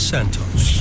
Santos